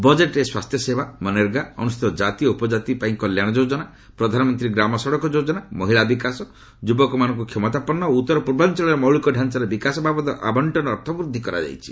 ବଜେଟ୍ରେ ସ୍ୱାସ୍ଥ୍ୟସେବା ମନରେଗା ଅନୁସ୍ଚିତ କ୍ରାତି ଓ ଉପକ୍ରାତିଙ୍କ ପାଇଁ କଲ୍ୟାଣ ଯୋଜନା ପ୍ରଧାନମନ୍ତ୍ରୀ ଗ୍ରାମ ସଡ଼କ ଯୋଜନା ମହିଳା ବିକାଶ ଯୁବାମାନଙ୍କୁ କ୍ଷମତାପନ୍ନ ଓ ଉଉର ପୂର୍ବାଞ୍ଚଳରେ ମୌଳିକ ଡାଞ୍ଚାର ବିକାଶ ବାବଦ ଆବଣ୍ଟନ ଅର୍ଥ ବୃଦ୍ଧି କରାଯାଇଛି